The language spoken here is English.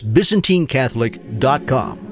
ByzantineCatholic.com